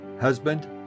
husband